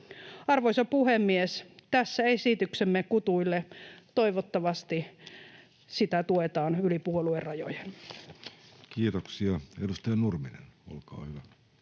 Arvoisa puhemies! Tässä esityksemme kutuille. Toivottavasti sitä tuetaan yli puoluerajojen. Kiitoksia. — Edustaja Nurminen, olkaa hyvä.